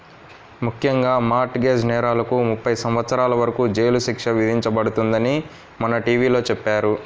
ముఖ్యంగా mortgage నేరాలకు ముప్పై సంవత్సరాల వరకు జైలు శిక్ష విధించబడుతుందని మొన్న టీ.వీ లో చెప్పారు